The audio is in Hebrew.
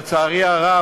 לצערי הרב,